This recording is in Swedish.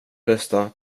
bästa